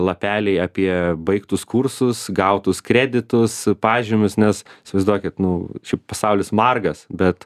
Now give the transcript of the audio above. lapeliai apie baigtus kursus gautus kreditus pažymius nes įsivaizduokit nu čia pasaulis margas bet